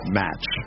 match